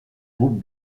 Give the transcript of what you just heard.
groupe